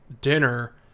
dinner